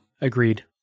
agreed